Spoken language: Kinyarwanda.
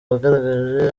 bagaragaje